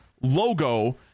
logo